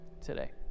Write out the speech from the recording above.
today